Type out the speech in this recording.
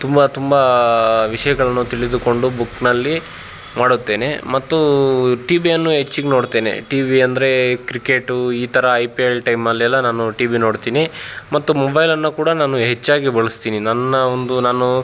ತುಂಬ ತುಂಬ ವಿಷಯಗಳನ್ನು ತಿಳಿದುಕೊಂಡು ಬುಕ್ಕಿನಲ್ಲಿ ಮಾಡುತ್ತೇನೆ ಮತ್ತು ಟಿ ವಿಯನ್ನು ಹೆಚ್ಚಿಗೆ ನೋಡ್ತೇನೆ ಟಿವಿ ಅಂದರೆ ಕ್ರಿಕೆಟು ಈ ಥರ ಐ ಪಿ ಎಲ್ ಟೈಮಲ್ಲೆಲ ನಾನು ಟಿವಿ ನೋಡ್ತೀನಿ ಮತ್ತು ಮೊಬೈಲನ್ನು ಕೂಡ ನಾನು ಹೆಚ್ಚಾಗಿ ಬಳಸ್ತೀನಿ ನನ್ನ ಒಂದು ನಾನು